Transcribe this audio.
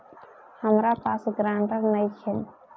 हमरा पास ग्रांटर नइखे?